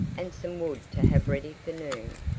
and some wood to have ready for noon,